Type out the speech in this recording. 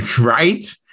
Right